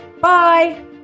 Bye